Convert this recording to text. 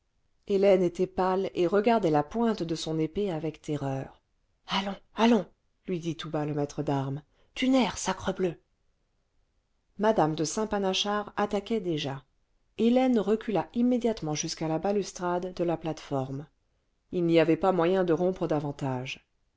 hélène était pâle et regardait la pointe de son épée avec terreur allons allons lui dit tout bas le maître d'armes du nerf sacrebleu mmc de saint panachard attaquait déjà hélène recula immédiatement jusqu'à la balustrade dé la plate-forme jj n'y avait pas moyen de rompre davantage